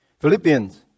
Philippians